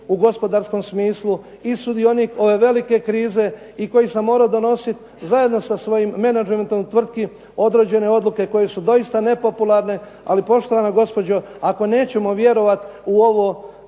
u gospodarskom smislu i sudionik ove velike krize i koji sam morao donositi zajedno sa svojim menađerom tvrtki određene odluke koje su doista nepopularne. Ali poštovana gospođo, ako nećemo vjerovati u ovo